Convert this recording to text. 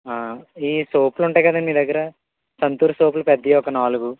ఈ సోపులు ఉంటాయి కదండి మీదగ్గర సంతూర్ సోప్లు పెద్దయి ఒక నాలుగు